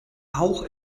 auch